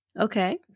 Okay